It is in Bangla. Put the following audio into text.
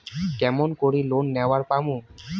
কেমন করি লোন নেওয়ার পামু?